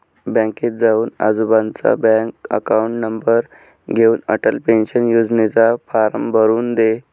बँकेत जाऊन आजोबांचा बँक अकाउंट नंबर देऊन, अटल पेन्शन योजनेचा फॉर्म भरून दे